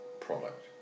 product